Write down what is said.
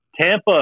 Tampa